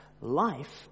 life